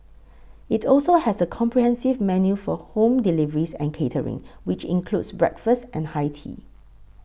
it also has a comprehensive menu for home deliveries and catering which includes breakfast and high tea